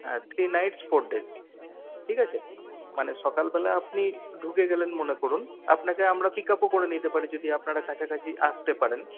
হ্যাঁ three nights four days ঠিক আছে মানে সকালবেলা আপনি ঢুকে গেলেন মনে করুন আপনাকে আমরা পিক আপও করে নিতে পারি যদি আপনারা কাছাকাছি আসতে পারেন